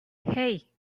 hey